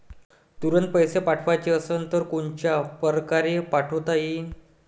तुरंत पैसे पाठवाचे असन तर कोनच्या परकारे पाठोता येईन?